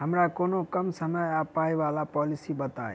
हमरा कोनो कम समय आ पाई वला पोलिसी बताई?